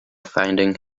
finding